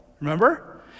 Remember